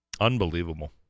Unbelievable